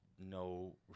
No